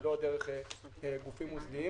לא דרך גופים מוסדיים.